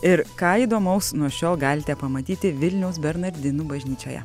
ir ką įdomaus nuo šiol galite pamatyti vilniaus bernardinų bažnyčioje